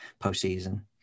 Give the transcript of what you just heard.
postseason